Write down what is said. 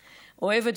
אוהבת,